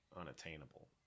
unattainable